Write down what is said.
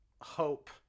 Hope